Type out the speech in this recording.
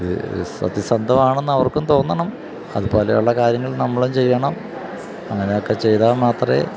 ഇത് സത്യസന്ധമാണെന്ന് അവർക്കും തോന്നണം അതുപോലെയുള്ള കാര്യങ്ങൾ നമ്മളും ചെയ്യണം അങ്ങനെയൊക്കെ ചെയ്താല് മാത്രമേ